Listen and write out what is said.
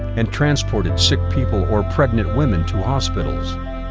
and transported sick people or pregnant women to hospitals.